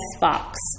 Fox